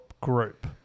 Group